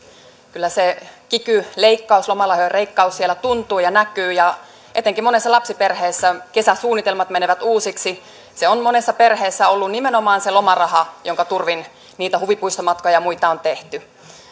kyllä se kiky leikkaus lomarahojen leikkaus siellä tuntuu ja näkyy ja etenkin monessa lapsiperheessä kesäsuunnitelmat menevät uusiksi se on monessa perheessä ollut nimenomaan se lomaraha jonka turvin niitä huvipuistomatkoja ja muita on tehty